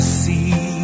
see